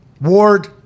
Ward